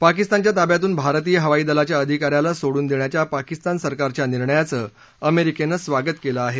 पाकिस्तानच्या ताब्यातून भारतीय हवाई दलाच्या अधिकाऱ्याला सोडून देण्याच्या पाकिस्तान सरकारच्या निर्णयाचं अमेरिकेनं स्वागत केलं आहे